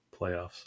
playoffs